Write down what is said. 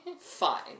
Fine